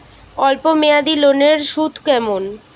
অল্প মেয়াদি লোনের সুদ কেমন?